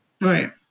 Right